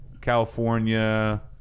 California